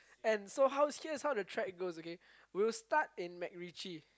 and so how's here's how the track goes okay we'll start in MacRitchie